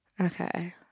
Okay